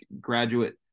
graduate